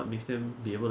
ya 点三